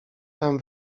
tam